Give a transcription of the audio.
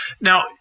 Now